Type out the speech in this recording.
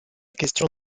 question